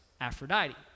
Aphrodite